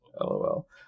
LOL